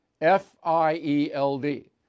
F-I-E-L-D